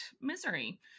misery